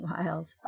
Wild